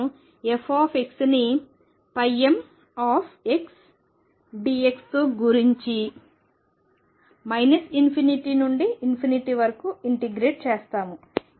నేను fని mdx తో గుణించి ∞ నుండి ∞ వరకు ఇంటిగ్రేట్ చేస్తాము